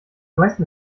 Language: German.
meisten